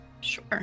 Sure